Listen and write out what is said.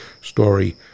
story